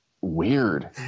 weird